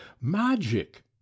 Magic